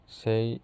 say